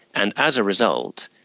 and as a result,